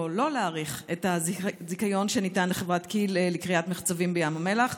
לא להאריך את הזיכיון שניתן לחברת כיל לכריית מחצבים בים המלח,